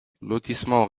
lotissement